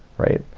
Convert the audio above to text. right?